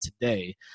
today